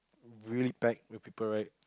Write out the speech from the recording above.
really pack with people right